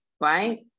right